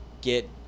get